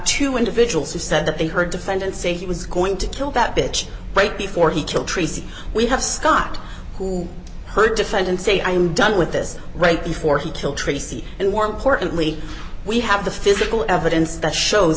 two individuals who said that they heard defendant say he was going to kill that bitch right before he killed tracy we have scott who heard defendant say i'm done with this right before he killed tracy and more importantly we have the physical evidence that shows